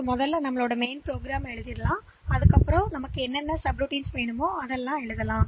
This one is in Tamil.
எனவே முதலில் நீங்கள் பிரதான திட்டத்தை வைத்தீர்கள் பின்னர் தனிநபர்களை சப்ரூட்டீன் என்று எழுதுகிறோம்